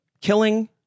killing